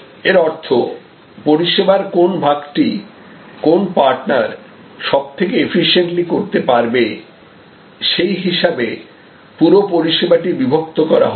এর অর্থ পরিষেবার কোন ভাগ টি কোন পার্টনার সবথেকে এফিশিয়েন্টলি করতে পারবে সেই হিসাবে পুরো পরিষেবাটি বিভক্ত করা হবে